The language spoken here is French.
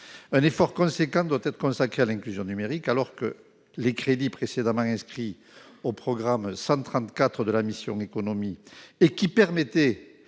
un effort conséquent doit être consacré à l'inclusion numérique alors que les crédits précédemment inscrit au programme 134 de la mission, Économie et qui permettait